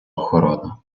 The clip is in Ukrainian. охорона